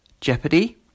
Jeopardy